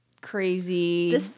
crazy